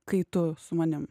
kai tu su manim